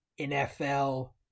NFL